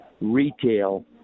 retail